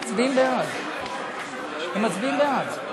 כן.